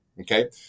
Okay